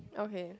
okay